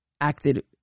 acted